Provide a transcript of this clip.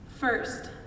First